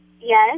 Yes